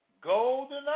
Golden